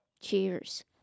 Cheers